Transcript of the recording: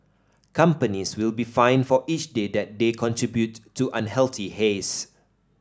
companies will be fined for each day that they contribute to unhealthy haze